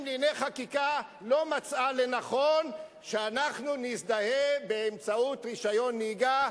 לענייני חקיקה לא מצאה לנכון שאנחנו נזדהה באמצעות רשיון נהיגה,